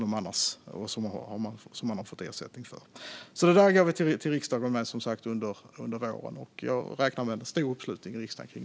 Detta går vi som sagt till riksdagen med under våren, och jag räknar med stor uppslutning.